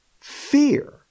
fear